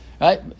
Right